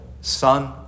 son